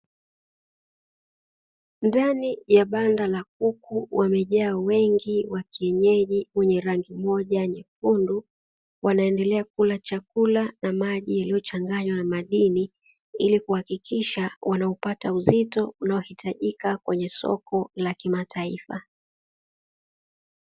Ndani ya banda la kuku wamejaa wengi wa kienyeji wenye rangi moja nyekundu, wanaendelea kula chakula na maji yaliyochanganywa na madini ili kuhakikisha wanaupata uzito unaohitajika kwenye soko la kimataifa.